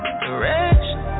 direction